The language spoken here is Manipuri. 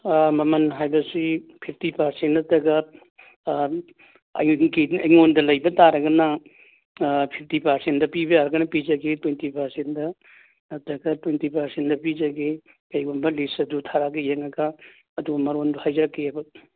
ꯑꯥ ꯃꯃꯟ ꯍꯥꯏꯕꯁꯤ ꯐꯤꯐꯇꯤ ꯄꯥꯔꯁꯦꯟ ꯅꯠꯇ꯭ꯔꯒ ꯑꯥ ꯑꯩꯉꯣꯟꯗ ꯂꯩꯕ ꯇꯥꯔꯒꯅ ꯑꯥ ꯐꯤꯐꯇꯤ ꯄꯥꯔꯁꯦꯟꯗ ꯄꯤꯕ ꯌꯥꯔꯒꯅ ꯄꯤꯖꯒꯦ ꯇ꯭ꯋꯦꯟꯇꯤ ꯄꯥꯔꯁꯦꯟꯗ ꯅꯠꯇ꯭ꯔꯒ ꯇ꯭ꯋꯦꯟꯇꯤ ꯄꯥꯔꯁꯦꯟꯗ ꯄꯤꯖꯒꯦ ꯀꯔꯤꯒꯨꯝꯕ ꯂꯤꯁ ꯑꯗꯨ ꯊꯥꯔꯛꯂꯒ ꯌꯦꯡꯂꯒ ꯑꯗꯨꯒ ꯃꯔꯣꯜꯗꯨ ꯍꯥꯏꯖꯔꯛꯀꯦ ꯑꯩꯈꯣꯏ